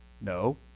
No